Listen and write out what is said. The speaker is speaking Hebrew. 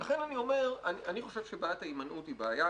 אני חושב שבעיית ההימנעות היא בעיה,